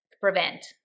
prevent